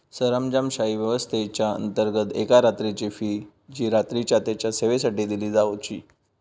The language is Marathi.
सरंजामशाही व्यवस्थेच्याअंतर्गत एका रात्रीची फी जी रात्रीच्या तेच्या सेवेसाठी दिली जावची